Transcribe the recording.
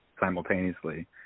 simultaneously